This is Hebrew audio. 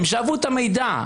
הם שאבו את המידע.